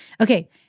Okay